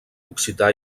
occità